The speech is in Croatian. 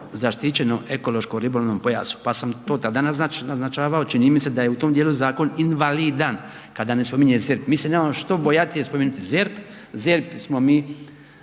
zaštićenom ekološko-ribolovnom pojasu, pa sam to tada naznačavao. Čini mi se da je u tom dijelu zakon invalidan kada ne spominje ZERP. Mi se nemamo što bojati i spomenuti ZERP, mi